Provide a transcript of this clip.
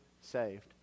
saved